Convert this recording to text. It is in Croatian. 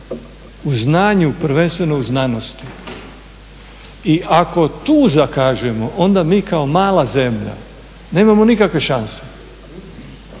u znanju, prvenstveno u znanosti. I ako tu zakažemo onda mi kao mala zemlja nemamo nikakve šanse.